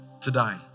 today